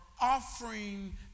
offering